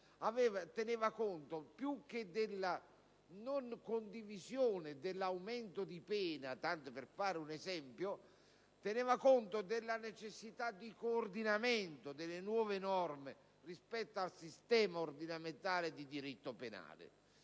tenuto conto, più che della non condivisione dell'aumento di pena - tanto per fare un esempio - della necessità di un coordinamento delle nuove norme rispetto al sistema ordinamentale di diritto penale.